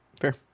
Fair